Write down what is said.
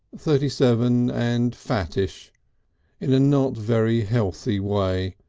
thirty-seven and fattish in a not very healthy way,